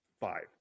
five